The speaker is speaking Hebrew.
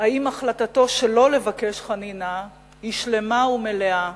אם החלטתו שלא לבקש חנינה היא שלמה ומלאה,